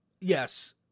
yes